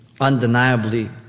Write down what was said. undeniably